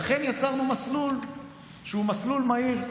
לכן יצרנו מסלול שהוא מסלול מהיר.